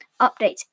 Updates